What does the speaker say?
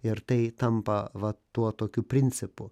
ir tai tampa va tuo tokiu principu